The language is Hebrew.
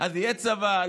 אז יהיה צבא,